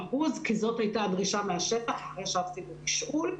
50% כי זו הייתה הדרישה מהשטח אחרי שעשינו תשאול,